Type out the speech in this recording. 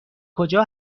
کجا